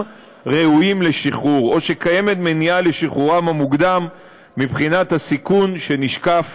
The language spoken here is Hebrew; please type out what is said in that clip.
ראויים לשחרור או שקיימת מניעה לשחרורם המוקדם מבחינת הסיכון שנשקף